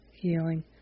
healing